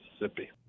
Mississippi